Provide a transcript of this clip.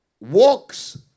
walks